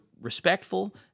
respectful